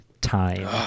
time